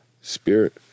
Spirit